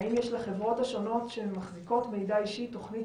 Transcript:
האם יש לחברות השונות שמחזיקות מידע אישי תוכנית